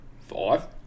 five